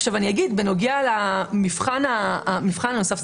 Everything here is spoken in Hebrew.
בנוגע למבחן הנוסף,